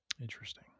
Interesting